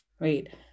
right